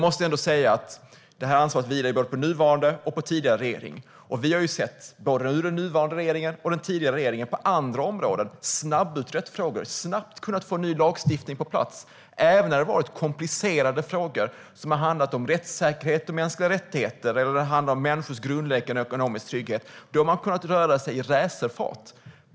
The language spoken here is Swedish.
Det här ansvaret vilar på både nuvarande och tidigare regering. Både den nuvarande och den tidigare regeringen har på andra områden snabbutrett frågor och snabbt kunnat få ny lagstiftning på plats, även när det har varit komplicerade frågor som har handlat om rättssäkerhet, mänskliga rättigheter eller människors grundläggande ekonomiska trygghet. Då har man kunnat röra sig i racerfart.